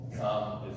Come